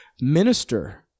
Minister